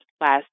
last